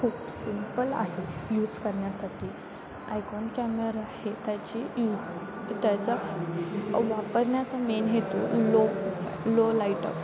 खूप सिम्पल आहे यूज करण्यासाठी आयकॉन कॅमेरा हे त्याची यूज त्याचा वापरण्याचा मेन हेतू लो लो लायटर